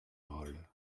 roll